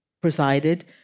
presided